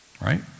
Right